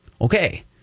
Okay